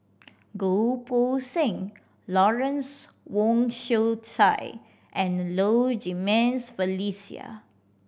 Goh Poh Seng Lawrence Wong Shyun Tsai and Low Jimenez Felicia